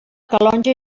calonge